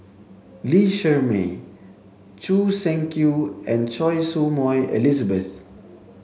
Lee Shermay Choo Seng Quee and Choy Su Moi Elizabeth